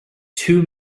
two